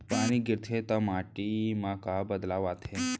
पानी गिरथे ता माटी मा का बदलाव आथे?